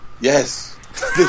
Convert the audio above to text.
Yes